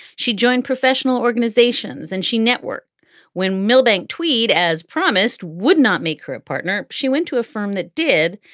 she joined professional organizations and she network when milbank tweed, as promised, would not make her a partner. she went to a firm that did,